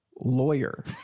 lawyer